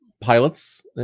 pilots